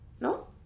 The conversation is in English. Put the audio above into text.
No